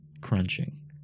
crunching